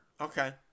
Okay